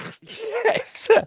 Yes